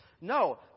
No